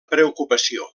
preocupació